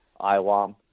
Iwam